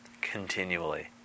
continually